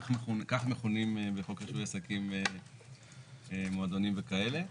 כך מכונים בחוק רישוי עסקים מועדונים וכאלה.